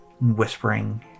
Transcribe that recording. Whispering